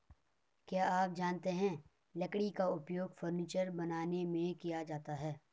क्या आप जानते है लकड़ी का उपयोग फर्नीचर बनाने में किया जाता है?